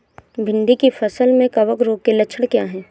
भिंडी की फसल में कवक रोग के लक्षण क्या है?